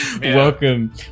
welcome